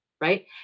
right